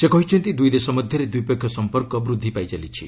ସେ କହିଛନ୍ତି ଦୁଇ ଦେଶ ମଧ୍ୟରେ ଦ୍ୱିପକ୍ଷିୟ ସମ୍ପର୍କ ବୃଦ୍ଧି ପାଇଚାଲିଛି